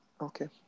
okay